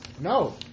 No